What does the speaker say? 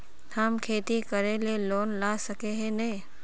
हम खेती करे ले लोन ला सके है नय?